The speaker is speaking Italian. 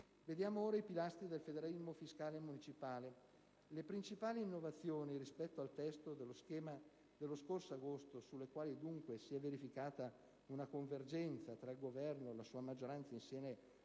Vediamo ora i pilastri del federalismo fiscale e municipale. Le principali innovazioni rispetto al testo dello schema dello scorso agosto, sulle quali si è verificata una convergenza tra il Governo e la sua maggioranza in seno